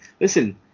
Listen